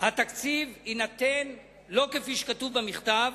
התקציב יינתן לא כפי שנתון במכתב,